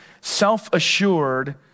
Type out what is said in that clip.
self-assured